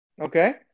Okay